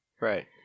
Right